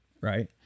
right